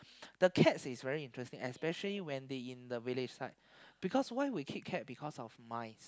the cats is very interesting especially when they in the village side because why we keep cat because of mice